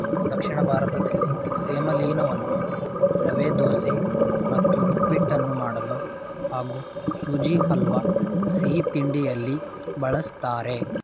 ದಕ್ಷಿಣ ಭಾರತದಲ್ಲಿ ಸೆಮಲೀನವನ್ನು ರವೆದೋಸೆ ಮತ್ತು ಉಪ್ಪಿಟ್ಟನ್ನು ಮಾಡಲು ಹಾಗೂ ಸುಜಿ ಹಲ್ವಾ ಸಿಹಿತಿಂಡಿಯಲ್ಲಿ ಬಳಸ್ತಾರೆ